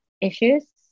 issues